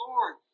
Lord